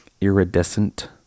iridescent